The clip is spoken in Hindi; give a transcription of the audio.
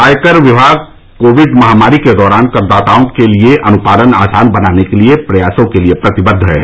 आय कर विभाग कोविड महामारी के दौरान करदाताओं के लिए अनुपालन आसान बनाने के प्रयासों के लिए प्रतिबद्व है